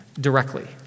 directly